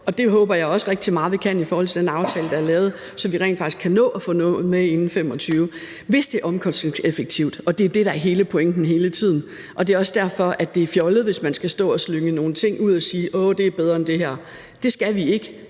Og det håber jeg også rigtig meget at vi kan i forhold til den aftale, der er lavet, så vi rent faktisk kan nå at få noget med inden 2025 – hvis det er omkostningseffektivt. Det er det, der er hele pointen hele tiden, og det er også derfor, det er fjollet, hvis man skal stå og slynge nogle ting ud og sige: Åh, det er bedre end det her. Det skal vi ikke.